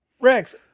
Rex